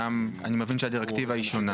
שם הדירקטיבה שונה.